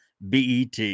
BET